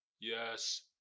yes